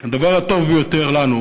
הדבר הטוב ביותר לנו,